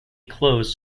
closed